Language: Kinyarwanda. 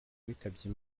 witabye